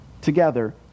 together